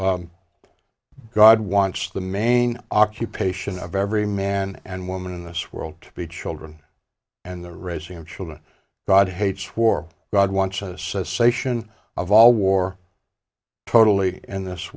god wants the main occupation of every man and woman in this world to be children and the raising of children god hates war god wants a cessation of all war totally in this